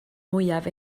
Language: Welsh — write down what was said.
mwyaf